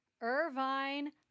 irvine